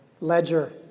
ledger